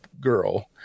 girl